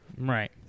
Right